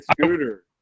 Scooter